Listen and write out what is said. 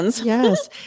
Yes